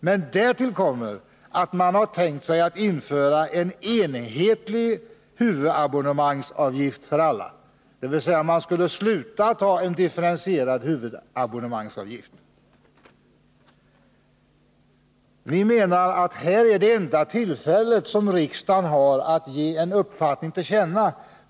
Men därtill kommer att man har för avsikt att införa en enhetlig huvudabonnemangsavgift i stället för den differentierade. Vi menar att detta är det enda tillfälle som riksdagen har att ge en uppfattning till känna.